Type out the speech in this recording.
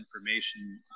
information